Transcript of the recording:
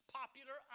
popular